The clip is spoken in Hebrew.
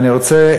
מלחמה,